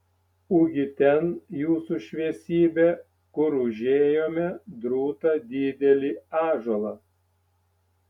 ugi ten jūsų šviesybe kur užėjome drūtą didelį ąžuolą